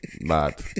Mad